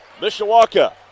Mishawaka